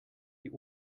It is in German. die